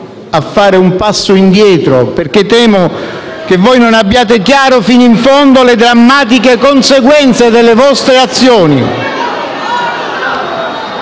a fare un passo indietro, perché temo che voi non abbiate chiare fino in fondo le drammatiche conseguenze delle vostre azioni.